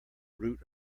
root